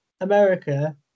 america